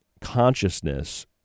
consciousness